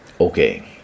Okay